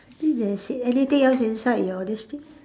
I think that is it anything else inside your this thing